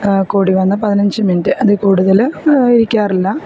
കൂടി വന്നാൽ പതിനഞ്ച് മിനിറ്റ് അതിൽ കൂടുതൽ ഇരിക്കാറില്ല